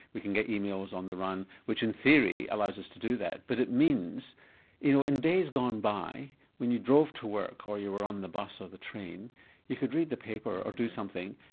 we can get emails on the run which in theory allows us to do that. but it means you know in days gone by when you drove to work or you were on the bus or the train you could read the paper or do something,